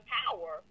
power